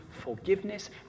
forgiveness